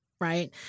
Right